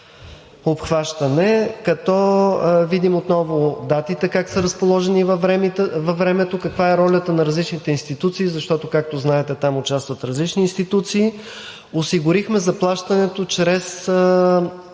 обхващане, като видим отново датите как са разположени във времето, каква е ролята на различните институции, защото, както знаете, там участват различни институции. Осигурихме заплащането